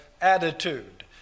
attitude